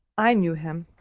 i knew him.